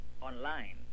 online